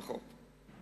פחות.